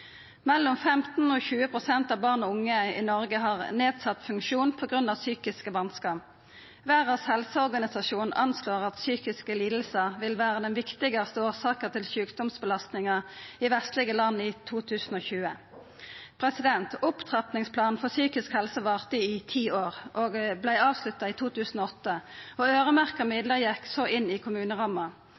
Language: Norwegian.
Mellom 15 og 20 pst. av barn og unge i Noreg har nedsett funksjon på grunn av psykiske vanskar. Verdas helseorganisasjon anslår at psykiske lidingar vil vera den viktigaste årsaka til sjukdomsbelastningar i vestlege land i 2020. Opptrappingsplanen for psykisk helse varte i ti år og vart avslutta i 2008, og øyremerkte midlar gjekk så inn i kommuneramma.